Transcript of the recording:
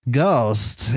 ghost